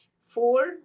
four